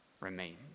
remains